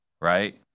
Right